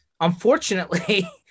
unfortunately